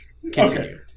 Continue